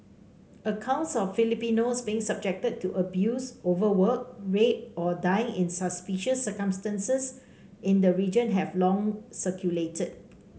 accounts of Filipinos being subjected to abuse overwork rape or dying in suspicious circumstances in the region have long circulated